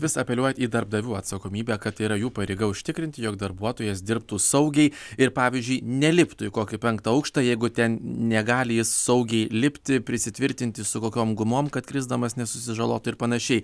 vis apeliuojat į darbdavių atsakomybę kad tai yra jų pareiga užtikrinti jog darbuotojas dirbtų saugiai ir pavyzdžiui neliptų į kokį penktą aukštą jeigu ten negali jis saugiai lipti prisitvirtinti su kokiom gumom kad krisdamas nesusižalotų ir panašiai